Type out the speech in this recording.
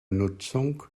nutzung